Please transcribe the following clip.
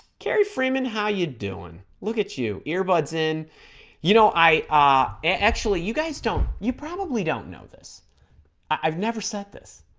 kerry freeman how you doing look at you earbuds in you know i ah actually you guys don't you probably don't know this i've never set this